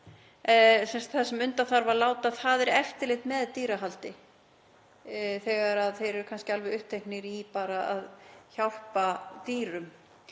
það sem undan þarf að láta er eftirlit með dýrahaldi þegar þeir eru kannski alveg uppteknir í bara að hjálpa dýrum,